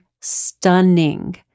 stunning